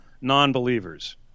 non-believers